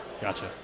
Gotcha